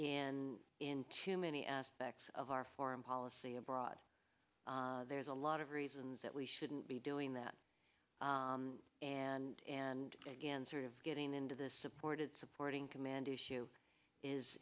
in in too many aspects of our foreign policy abroad there's a lot of reasons that we shouldn't be doing that and and again sort of getting into the supported supporting command issue is